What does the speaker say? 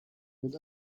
mit